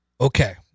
Okay